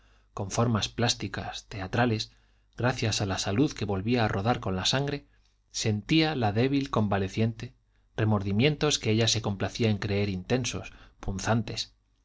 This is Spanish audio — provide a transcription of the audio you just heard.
con formas plásticas teatrales gracias a la salud que volvía a rodar con la sangre sentía la débil convaleciente remordimientos que ella se complacía en creer intensos punzantes